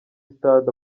stade